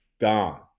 gone